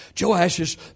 Joash's